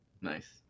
nice